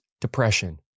depression